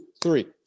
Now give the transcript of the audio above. three